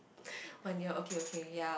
one year okay okay ya